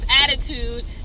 attitude